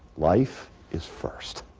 life is first,